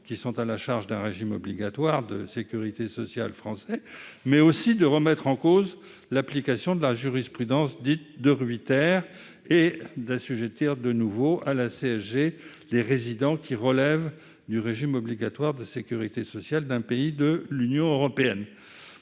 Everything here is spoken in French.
qui sont à la charge d'un régime obligatoire de sécurité sociale français, mais aussi de remettre en cause l'application de la jurisprudence dite et d'assujettir de nouveau à la CSG des résidents qui relèvent du régime obligatoire de sécurité sociale d'un pays de l'Union européenne.